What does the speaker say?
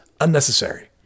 unnecessary